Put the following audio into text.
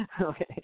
Okay